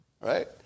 right